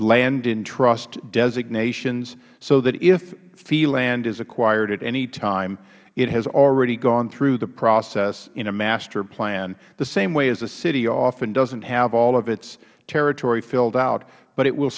landintrust designations so that if fee land is acquired at any time it has already gone through the process in a master plan the same way as a city often doesn't have all of its territory filled out but it will